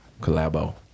collabo